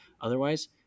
otherwise